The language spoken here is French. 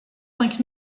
cinq